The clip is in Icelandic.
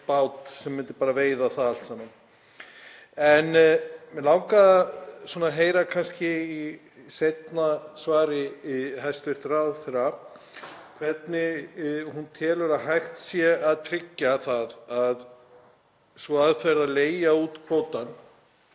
sem myndi bara veiða það allt saman. En mig langaði að heyra kannski í seinna svari hæstv. ráðherra hvernig hún telur að hægt sé að tryggja það að sú aðferð að leigja út kvótann,